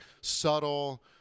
subtle